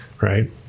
right